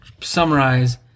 summarize